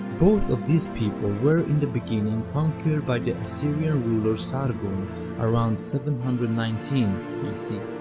both of these people were in the beginning conquered by the assyrian ruler sargon around seven hundred nineteen bc.